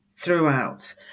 Throughout